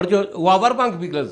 הוא עבר בנק בגלל זה.